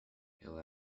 hill